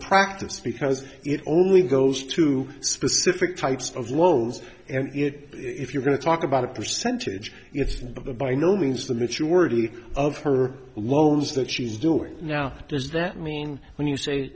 practice because it only goes to specific types of loans and it if you're going to talk about a percentage of the by no means the maturity of her loans that she's doing now does that mean when you say